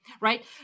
right